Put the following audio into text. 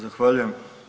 Zahvaljujem.